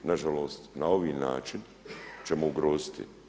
Na žalost na ovaj način ćemo ugroziti.